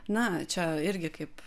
na čia irgi kaip